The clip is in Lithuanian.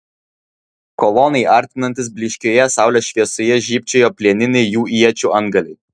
kolonai artinantis blyškioje saulės šviesoje žybčiojo plieniniai jų iečių antgaliai